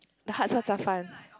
the hards one are fun